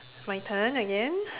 my turn again